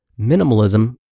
minimalism